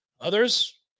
Others